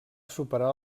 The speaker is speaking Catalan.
superar